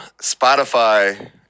Spotify